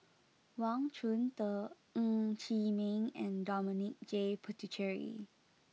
Wang Chunde Ng Chee Meng and Dominic J Puthucheary